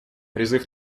призыв